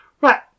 Right